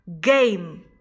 Game